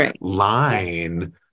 line